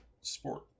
sport